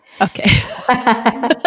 Okay